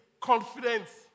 confidence